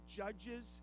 judges